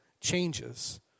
changes